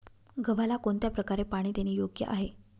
गव्हाला कोणत्या प्रकारे पाणी देणे योग्य आहे?